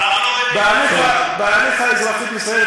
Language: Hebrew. בהליך האזרחי בישראל,